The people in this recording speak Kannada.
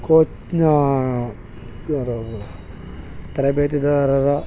ಕೋಚ್ನ ಇವರು ತರಬೇತಿದಾರರ